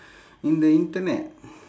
in the internet